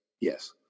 Yes